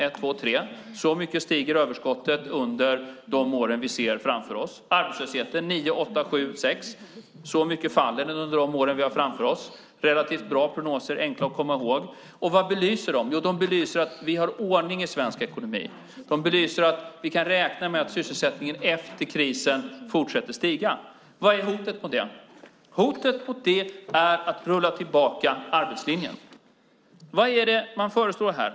1, 2 och 3 procent - så mycket stiger överskottet under de år vi ser framför oss. Arbetslösheten faller med 9, 8, 7 och 6 procent under de år vi har framför oss. Det är relativt bra prognoser, enkla att komma ihåg. Vad belyser de? Jo, de belyser att vi har ordning i svensk ekonomi. De belyser att vi kan räkna med att sysselsättningen fortsätter att stiga efter krisen. Vad är hotet mot det? Hotet mot det är att rulla tillbaka arbetslinjen. Vad är det man föreslår här?